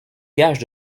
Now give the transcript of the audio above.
gage